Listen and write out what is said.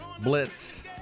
blitz